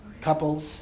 couples